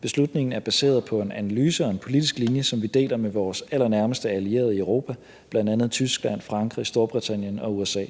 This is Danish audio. Beslutningen er baseret på en analyse og en politisk linje, som vi deler med vores allernærmeste allierede i Europa, bl.a. Tyskland, Frankrig, Storbritannien, og USA.